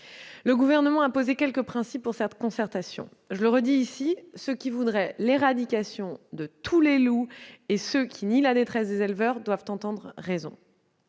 Le Gouvernement a posé quelques principes pour cette concertation. Je le redis ici, ceux qui voudraient l'éradication de tous les loups et ceux qui nient la détresse des éleveurs doivent entendre raison.